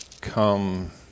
come